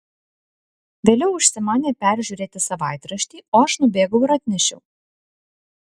vėliau užsimanė peržiūrėti savaitraštį o aš nubėgau ir atnešiau